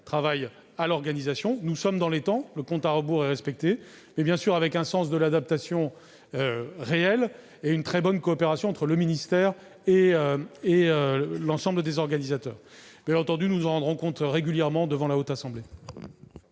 travaillent à l'organisation. Nous sommes dans les temps ; le compte à rebours est respecté. Cela suppose bien sûr un véritable sens de l'adaptation et une très bonne coopération entre le ministère et l'ensemble des organisateurs. Bien entendu, nous en rendrons compte régulièrement devant la Haute Assemblée.